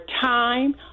time